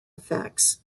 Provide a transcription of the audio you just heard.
effects